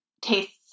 tastes